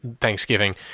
Thanksgiving